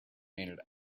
made